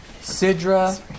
Sidra